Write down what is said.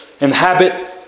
inhabit